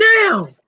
now